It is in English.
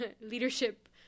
leadership